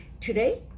today